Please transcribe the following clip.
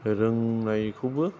रोंनायखौबो